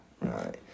Right